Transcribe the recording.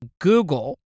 Google